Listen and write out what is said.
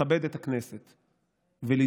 לכבד את הכנסת ולדאוג,